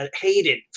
hated